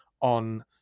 on